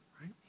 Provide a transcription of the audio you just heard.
Right